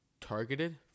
targeted